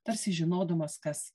tarsi žinodamas kas